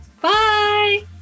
Bye